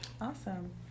Awesome